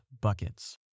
buckets